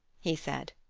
he said.